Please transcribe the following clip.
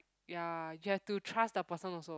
ya you have to trust the person also